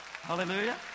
Hallelujah